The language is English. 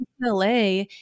LA